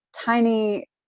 tiny